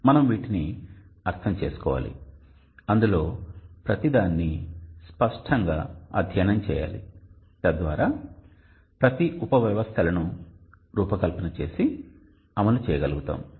మనం వీటిని అర్థం చేసుకోవాలి వాటిలో ప్రతిదాన్ని స్పష్టంగా అధ్యయనం చేయాలి తద్వారా ప్రతి ఉపవ్యవస్థను రూపకల్పన చేసి అమలు చేయగలుగుతాము